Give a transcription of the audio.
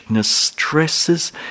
stresses